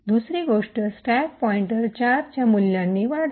दुसरी गोष्ट stack pointer ४ च्या मूल्यांनी वाढते